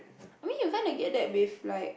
I mean you kind of get that with like